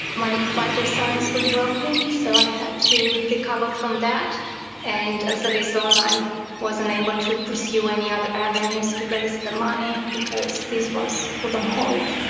my vital signs were dropping, so i had to recover from that and as a result i wasn't able to pursue any other avenues to raise the money because this was put on hold.